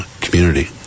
community